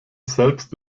selbst